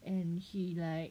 and he like